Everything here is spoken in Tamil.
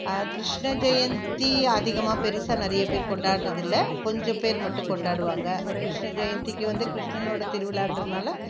கிருஷ்ண ஜெயந்தி அதிகமாக பெருசாக நிறைய பேர் கொண்டாடுறதில்லை கொஞ்சம் பேர் மட்டும் கொண்டாடுவாங்க கிருஷ்ண ஜெயந்திக்கு வந்து கிருஷ்ணனோட திருவிழான்றதுனால்